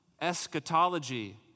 Eschatology